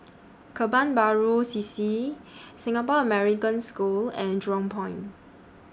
Kebun Baru C C Singapore American School and Jurong Point